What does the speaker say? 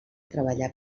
treballar